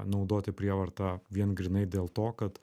naudoti prievartą vien grynai ir dėl to kad